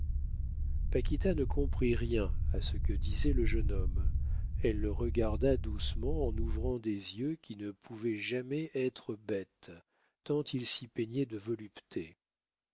trouver paquita ne comprit rien à ce que disait le jeune homme elle le regarda doucement en ouvrant des yeux qui ne pouvaient jamais être bêtes tant il s'y peignait de volupté